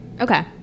okay